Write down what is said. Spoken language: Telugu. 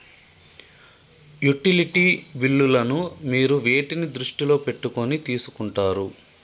యుటిలిటీ బిల్లులను మీరు వేటిని దృష్టిలో పెట్టుకొని తీసుకుంటారు?